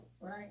right